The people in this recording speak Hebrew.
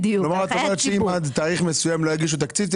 את אומרת שאם עד תאריך מסוים לא יגישו תקציב,